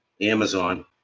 Amazon